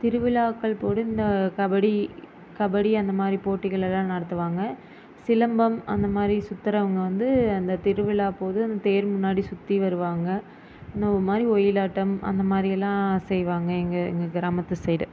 திருவிழாக்கள் போது இந்த கபடி கபடி அந்த மாதிரி போட்டிகள் எல்லாம் நடத்துவாங்கள் சிலம்பம் அந்த மாதிரி சுத்துகிறவங்க வந்து அந்த திருவிழாப்போது அந்த தேர் முன்னாடி சுற்றி வருவாங்கள் இன்னும் ஒரு மாதிரி ஒயிலாட்டம் அந்த மாதிரி எல்லாம் செய்வாங்கள் எங்கள் எங்கள் கிராமத்து சைடு